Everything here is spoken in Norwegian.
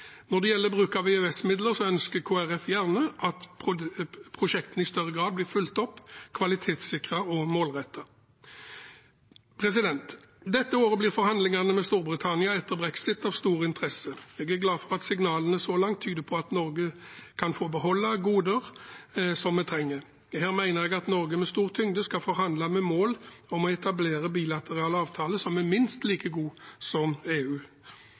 Når det gjelder bruk av EØS-midler, ønsker Kristelig Folkeparti gjerne at prosjektene i større grad blir fulgt opp, kvalitetssikret og målrettet. Dette året blir forhandlingene med Storbritannia etter brexit av stor interesse. Jeg er glad for at signalene så langt tyder på at Norge kan få beholde goder som vi trenger. Jeg mener at Norge med stor tyngde skal forhandle med mål om å etablere bilaterale avtaler som er minst like gode som med EU.